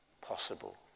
possible